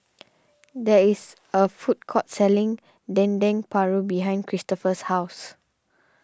there is a food court selling Dendeng Paru behind Christoper's house